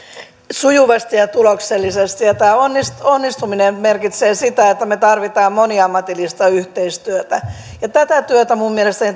sujuvasti ja ja tuloksellisesti tämä onnistuminen merkitsee sitä että me tarvitsemme moniammatillista yhteistyötä tätä valmistelutyötä minun mielestäni